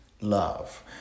Love